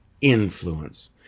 influence